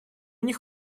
них